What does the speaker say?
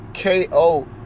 KO